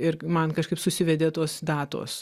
irgi man kažkaip susivedė tos datos